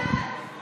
לוועדה